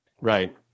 Right